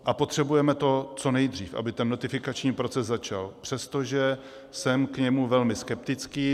A potřebujeme co nejdřív, aby ten notifikační proces začal, přestože jsem k němu velmi skeptický.